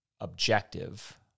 objective